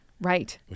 Right